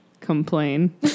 complain